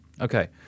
Okay